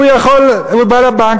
הוא בא לבנק,